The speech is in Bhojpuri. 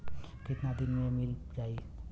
कितना दिन में मील जाई?